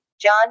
John